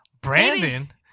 Brandon